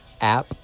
app